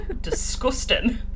disgusting